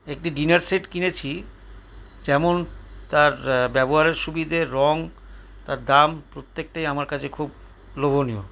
একটি dinner set কিনেছি যেমন তার ব্যবহারের সুবিধে রং তার দাম প্রত্যেকটাই আমার কাছে খুব লোভনীয়